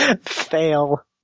fail